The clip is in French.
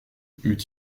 eût